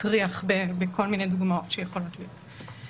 והפרשנות היא ראיה מזכה.